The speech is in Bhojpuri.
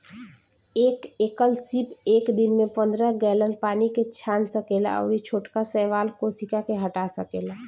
एक एकल सीप एक दिन में पंद्रह गैलन पानी के छान सकेला अउरी छोटका शैवाल कोशिका के हटा सकेला